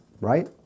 right